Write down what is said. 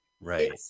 Right